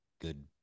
good